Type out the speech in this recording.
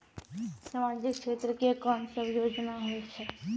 समाजिक क्षेत्र के कोन सब योजना होय छै?